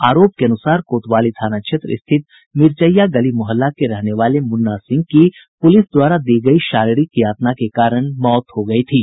आरोप के अनुसार कोतवाली थाना क्षेत्र स्थित मिरचाईया गली मोहल्ला के रहने वाले मुन्ना सिंह की पुलिस द्वारा दी गयी शारीरिक यातना के कारण मौत हो गयी थी